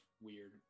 weird